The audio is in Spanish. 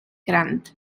grant